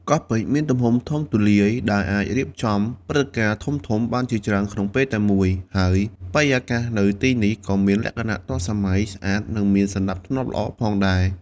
កោះពេជ្រមានទំហំធំទូលាយ ដែលអាចរៀបចំព្រឹត្តិការណ៍ធំៗបានជាច្រើនក្នុងពេលតែមួយ ហើយបរិយាកាសនៅទីនេះក៏មានលក្ខណៈទាន់សម័យ ស្អាត និងមានសណ្ដាប់ធ្នាប់ល្អផងដែរ។